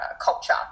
culture